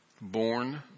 Born